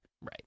Right